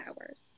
hours